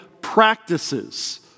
practices